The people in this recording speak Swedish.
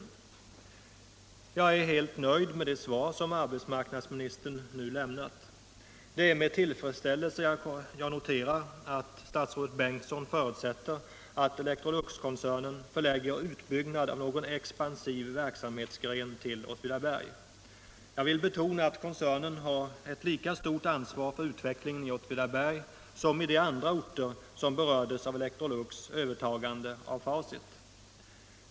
Le Jag är helt nöjd med det svar som arbetsmarknadsministern nu lämnat. Om dtgärder för att Det är med tillfredsställelse jag noterar att statsrådet Bengtsson förut stabilisera arbetssätter, att Electroluxkoncernen förlägger utbyggnad av någon expansiv marknaden i verksamhetsgren till Åtvidaberg. Jag vill betona att koncernen har ett Åtvidaberg lika stort ansvar för utvecklingen i Åtvidaberg som för vad som sker i de andra orter som berördes av Electrolux övertagande av Facit.